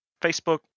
facebook